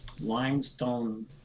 limestone